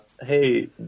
Hey